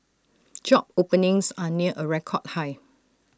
job openings are near A record high